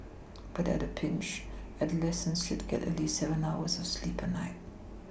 but at a Pinch adolescents should get at least seven hours of sleep a night